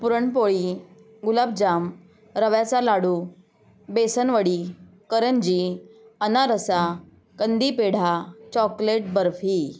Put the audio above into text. पुरणपोळी गुलाबजाम रव्याचा लाडू बेसनवडी करंजी अनारसा कंदी पेढा चॉकलेट बर्फी